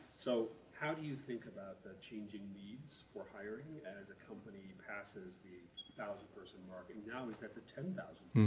so how do you think about the changing needs for hiring and as a company passes the thousand person mark and now is at the ten thousand